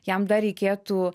jam dar reikėtų